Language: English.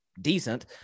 decent